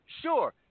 Sure